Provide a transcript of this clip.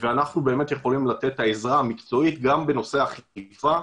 אנחנו יכולים לתת את העזרה המקצועית גם בנושא אכיפה,